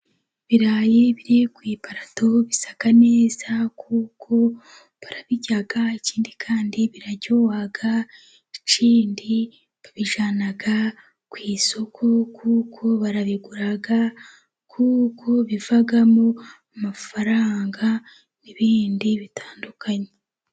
Ibirayi biri ku iparato bisa neza，kuko barabirya，ikindi kandi biraryoha，ikindi babijyana ku isoko，kuko barabigura， kuko bivamo amafaranga n'ibindi bitandukanye.